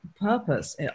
purpose